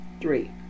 Three